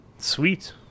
Sweet